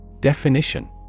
Definition